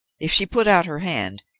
if she put out her hand,